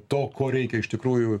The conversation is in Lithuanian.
to ko reikia iš tikrųjų